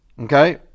Okay